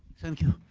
thank you.